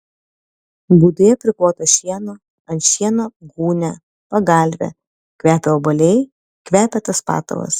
būdoje priklota šieno ant šieno gūnia pagalvė kvepia obuoliai kvepia tas patalas